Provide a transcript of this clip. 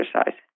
exercise